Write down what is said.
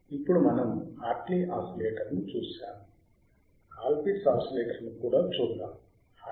ఇప్పుడు మనం హార్ట్లీ ఆసిలేటర్ను చూశాము కాల్ పిట్స్ ఆసిలేటర్ను కూడా చూద్దాం